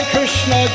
Krishna